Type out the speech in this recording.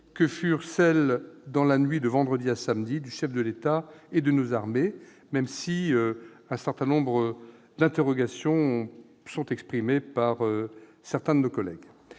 qui furent celles, dans la nuit de vendredi à samedi, du chef de l'État et de nos armées, même si un certain nombre d'interrogations ont été exprimées par plusieurs de nos collègues.